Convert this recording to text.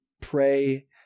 pray